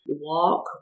walk